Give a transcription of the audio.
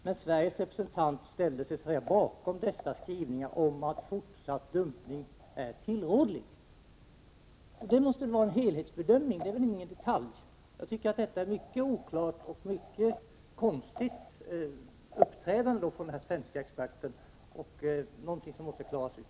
Men Sveriges representant ställde sig bakom skrivningarna om att fortsatt dumpning är tillrådlig. Då måste han väl ha gjort en helhetsbedömning? Det är ju inte fråga om någon detalj. Jag tycker att den svenska expertens uppträdande är mycket konstigt och att det finns oklarheter här som måste redas ut.